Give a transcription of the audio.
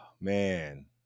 man